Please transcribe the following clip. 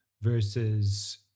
versus